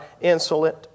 insolent